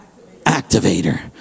activator